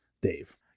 Dave